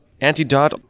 antidote